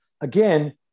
again